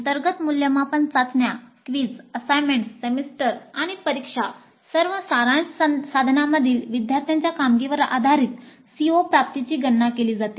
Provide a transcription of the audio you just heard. अंतर्गत मूल्यमापन चाचण्या क्विझ असाइनमेंट्स सेमेस्टर आणि परीक्षा सर्व सारांश साधनांमधील विद्यार्थ्यांच्या कामगिरीवर आधारित CO प्राप्तीची गणना केली जाते